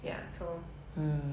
um